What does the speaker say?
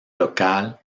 local